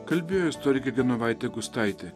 kalbėjo istorikė genovaitė gustaitė